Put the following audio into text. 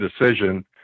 decision